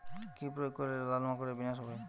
কি প্রয়োগ করলে লাল মাকড়ের বিনাশ হবে?